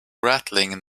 rattling